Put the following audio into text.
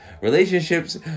Relationships